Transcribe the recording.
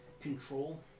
control